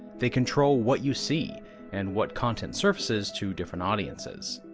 they control what you see and what content surfaces to different audiences.